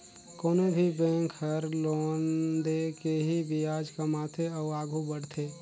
कोनो भी बेंक हर लोन दे के ही बियाज कमाथे अउ आघु बड़थे